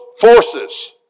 forces